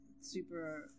super